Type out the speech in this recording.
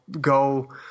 go –